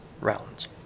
rounds